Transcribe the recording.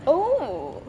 oh